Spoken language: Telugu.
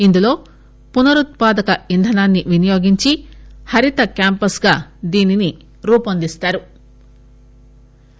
ఇందులో పునరుత్పాదక ఇంధనాన్ని వినియోగించి హరిత క్యాంపస్గా దీన్ని రూపొందిస్తారు